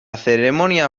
ceremonia